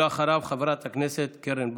ואחריו, חברת הכנסת קרן ברק.